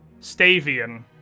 Stavian